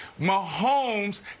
Mahomes